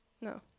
No